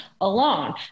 alone